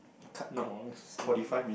cut corners too